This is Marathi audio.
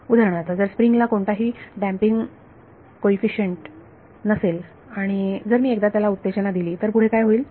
उदाहरणार्थ जर स्प्रिंग ला कोणताही डॅम्पिंग कोईफिशन्ट नसेल आणि जर मी एकदा त्याला उत्तेजना दिली तर पुढे काय होईल